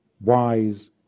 wise